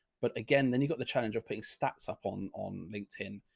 but again, then you've got the challenge of putting stats up on, on linkedin.